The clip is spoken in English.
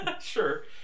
Sure